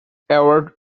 award